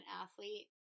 athlete